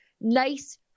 nice